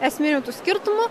esminių skirtumų